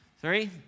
Three